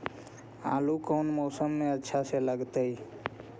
आलू कौन मौसम में अच्छा से लगतैई?